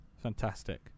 Fantastic